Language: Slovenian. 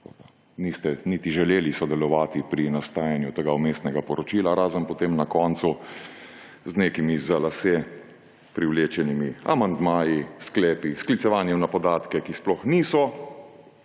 Niste niti želeli sodelovati pri nastajanju tega vmesnega poročila, razen potem na koncu z nekimi za lase privlečenimi amandmaji, sklepi, sklicevanjem na podatke, ki sploh niso